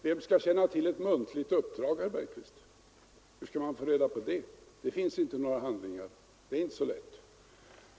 Vem kan känna till ett muntligt uppdrag, herr Bergqvist? Hur skall man få reda på det när det inte finns några handlingar? Det är inte så lätt.